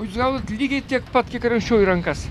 o jūs gavot lygiai tiek pat kiek ir anksčiau į rankas